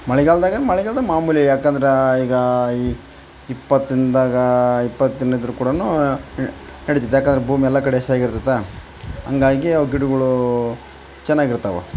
ಮಳಿಗಾಲದಾಗೇನು ಮಳಿಗಾಲದಾಗೆ ಮಾಮೂಲಿ ಯಾಕೆಂದ್ರೆ ಈಗ ಈ ಇಪ್ಪತ್ತು ದಿನದಾಗೆ ಇಪ್ಪತ್ತು ದಿನದ್ದು ಕೂಡವೂ ನಡಿತದೆ ಯಾಕೆಂದ್ರೆ ಭೂಮಿ ಎಲ್ಲ ಕಡೆ ಹಸಿಯಾಗಿ ಇರ್ತದೆ ಹಂಗಾಗಿ ಅವು ಗಿಡಗಳೂ ಚೆನ್ನಾಗಿರ್ತಾವೆ